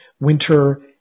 winter